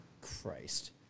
Christ